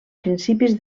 principis